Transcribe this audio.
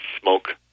smoke